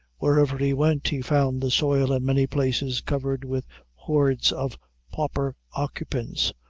wherever he went, he found the soil in many places covered with hordes of pauper occupants,